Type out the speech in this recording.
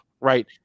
right